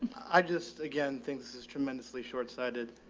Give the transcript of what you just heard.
i just, again, things is tremendously short sided.